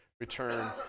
return